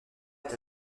est